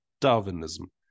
Darwinism